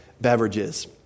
beverages